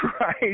right